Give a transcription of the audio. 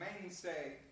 mainstay